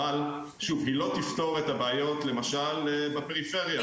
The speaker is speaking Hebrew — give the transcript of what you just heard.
אבל שוב, היא לא תפתור את הבעיות למשל בפריפריה.